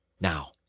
Now